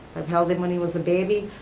i've held him when he was a baby.